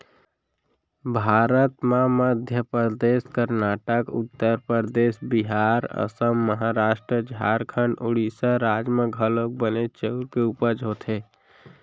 भारत म मध्य परदेस, करनाटक, उत्तर परदेस, बिहार, असम, महारास्ट, झारखंड, ओड़ीसा राज म घलौक बनेच चाँउर के उपज होथे